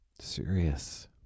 Serious